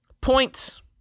Points